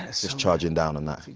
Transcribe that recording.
ah just charging down on that.